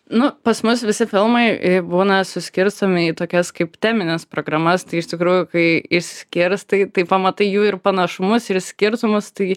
nu pas mus visi filmai būna suskirstomi į tokias kaip temines programas tai iš tikrųjų kai išskirstai tai pamatai jųir panašumus ir skirtumus tai